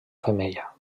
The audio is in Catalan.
femella